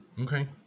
Okay